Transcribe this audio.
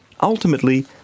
Ultimately